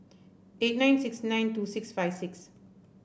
eight nine six nine two six five six